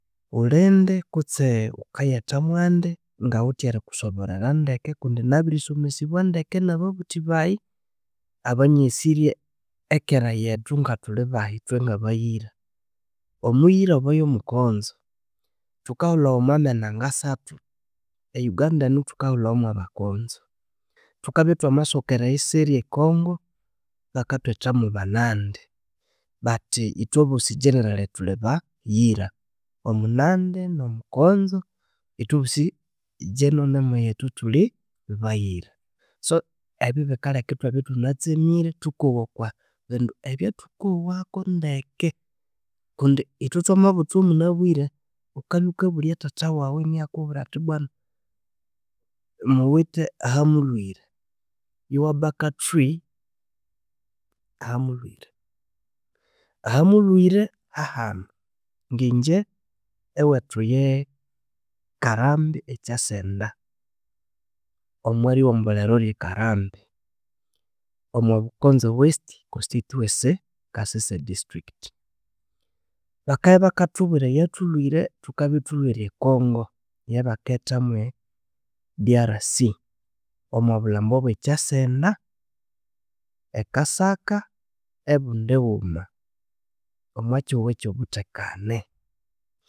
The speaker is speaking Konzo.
Wulindi kutse wukayetha mwandi, ngawithe erikusoborera ndeke kundi nabiri somesibwa ndeke nababuthi bayi abanyesirye ekera yethu ngathuli bahi ithwe ngabayira. Omuyira obo yomukonzo, thukahulhawa omwamena ngasathu. E Uganda enu thukahulhawa omwabakonzo, thukabya thwamasokera eisirya e congo, bakathwetha mwabanandi, but ithwebosi generally thuli bayira. Omunandi nomukonzo ithwebosi e general name yethu thuli bayira. So ebyu bikaleka ithwabya ithunatsemire thukowa kwa bindu ebyathukowaku ndeke kundi ithwe thwamabuthwa munabirye, wukabya wukabulya thatha wawu inakubwira athi bwanu, muwithe ahamulhwire. Your back tree ahamulhwire. Ahamulhwire hahanu, ngingye ewethu nye karambi ekyasenda omwarighomboleru rye karambi, omwa bukonzo west constituency, kasese district. Bakabakathubwira eyathulwire thukabya ithulwire e congo eyabaketha mwe DRC omwabulhambu obwekyasenda, e kasaka, ebundighuma, omwakyihughu kyobuthekane